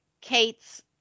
Kate's